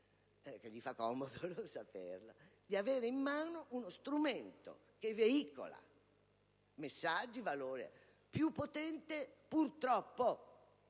che fa loro comodo non saperlo - di avere in mano uno strumento che veicola messaggi, valori, e che è più potente, purtroppo,